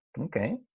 Okay